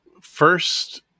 first